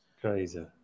Crazy